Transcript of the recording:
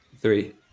three